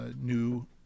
new